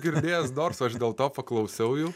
girdėjęs dorsų aš dėl to paklausiau jų